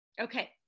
Okay